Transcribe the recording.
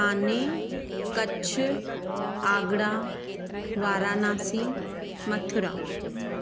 Thane Kutch Agra Varanasi Mathura